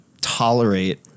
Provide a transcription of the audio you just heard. tolerate